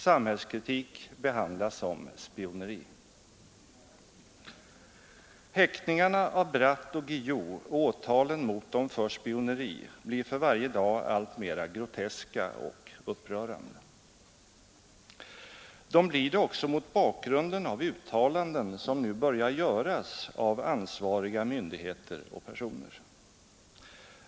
Samhällskritik behandlas som spioneri. Häktningarna av Bratt och Guillou och åtalen mot dem för spioneri blir för varje dag alltmera groteska och upprörande. De blir det också mot bakgrunden av uttalanden som nu börjar göras av ansvariga myndigheter och personer.